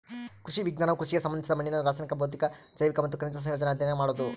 ಕೃಷಿ ವಿಜ್ಞಾನವು ಕೃಷಿಗೆ ಸಂಬಂಧಿಸಿದ ಮಣ್ಣಿನ ರಾಸಾಯನಿಕ ಭೌತಿಕ ಜೈವಿಕ ಮತ್ತು ಖನಿಜ ಸಂಯೋಜನೆ ಅಧ್ಯಯನ ಮಾಡೋದು